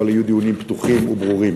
אבל יהיו דיונים פתוחים וברורים.